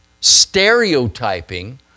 stereotyping